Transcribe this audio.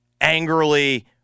angrily